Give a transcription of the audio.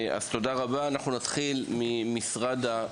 אז תודה רבה, אנחנו נתחיל בבקשה תמי.